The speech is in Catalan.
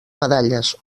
medalles